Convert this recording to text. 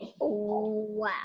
Wow